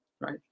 right